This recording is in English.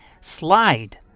slide